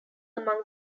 among